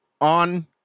on